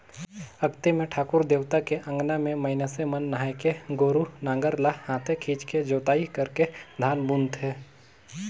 अक्ती मे ठाकुर देवता के अंगना में मइनसे मन नहायके गोरू नांगर ल हाथे खिंचके जोताई करके धान बुनथें